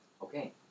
Okay